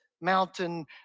Mountain